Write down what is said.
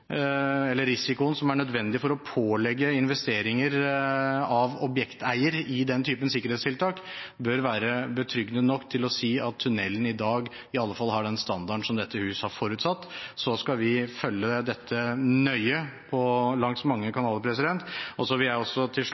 typen sikkerhetstiltak, ikke foreligger, bør være betryggende nok til å si at tunnelen i dag i alle fall har den standarden som dette hus har forutsatt. Så skal vi følge dette nøye langs mange kanaler. Til slutt vil jeg også